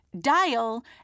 Dial